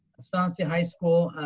estancia high school,